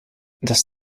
das